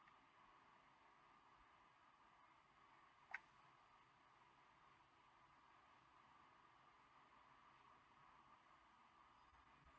okay no